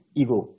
ego